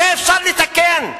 את זה אפשר לתקן,